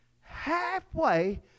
halfway